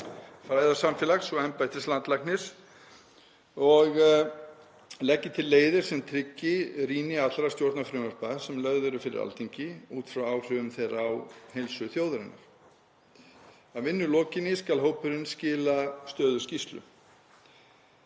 fræðasamfélags og embættis landlæknis og leggi til leiðir sem tryggi rýni allra stjórnarfrumvarpa sem lögð eru fyrir Alþingi út frá áhrifum þeirra á heilsu þjóðarinnar. Að vinnu lokinni skal hópurinn skila stöðuskýrslu.